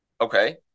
Okay